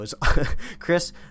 Chris